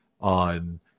on